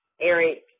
Eric